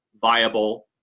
viable